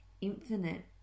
infinite